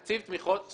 תקציב תמיכות,